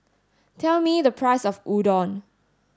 tell me the price of Udon